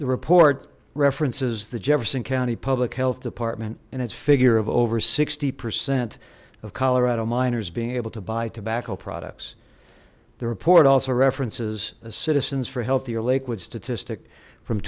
the report references the jefferson county public health department and its figure of over sixty percent of colorado minors being able to buy tobacco products the report also references citizens for healthier lakewood statistic from